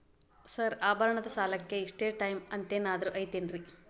Sir ಆಭರಣದ ಸಾಲಕ್ಕೆ ಇಷ್ಟೇ ಟೈಮ್ ಅಂತೆನಾದ್ರಿ ಐತೇನ್ರೇ?